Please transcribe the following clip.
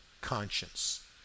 conscience